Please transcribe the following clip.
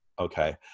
okay